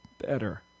better